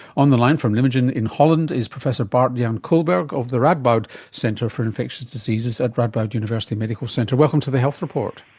on the line from nijmegen in holland is professor bart-jan kullberg from the radboud centre for infectious diseases at radboud university medical centre. welcome to the health report.